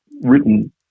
written